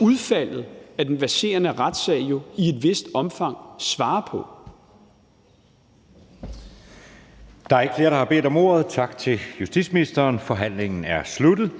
udfaldet af den verserende retssag jo i et vist omfang svare på. Kl. 20:09 Anden næstformand (Jeppe Søe): Der er ikke flere, der har bedt om ordet. Tak til justitsministeren. Forhandlingen er sluttet.